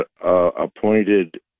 appointed